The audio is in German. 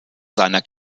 seiner